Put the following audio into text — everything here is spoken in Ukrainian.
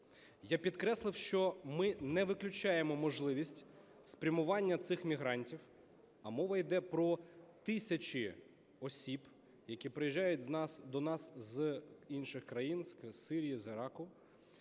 Я підкреслив, що ми не виключаємо можливість спрямування цих мігрантів, а мова йде про тисячі осіб, які приїжджають до нас з інших країн, із Сирії, з Іраку,